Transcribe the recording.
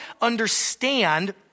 understand